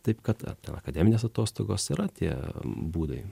taip kad ar ten akademinės atostogos yra tie būdai